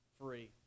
free